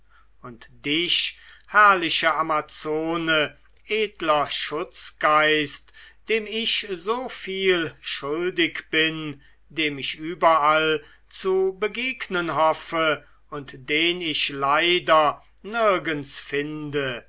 und dich herrliche amazone edler schutzgeist dem ich so viel schuldig bin dem ich überall zu begegnen hoffe und den ich leider nirgends finde